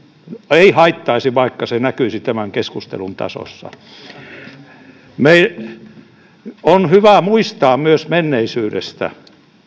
ei haittaisi vaikka se näkyisi tämän keskustelun tasossa on hyvä muistaa myös menneisyydestä